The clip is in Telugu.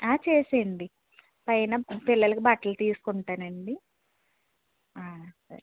ఆ చేసెయ్యండి పైన పిల్లలకి బట్టలు తీసుకుంటానండీ ఆ సరే